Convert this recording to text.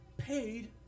paid